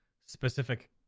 specific